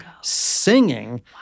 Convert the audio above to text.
singing